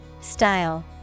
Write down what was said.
Style